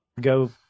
go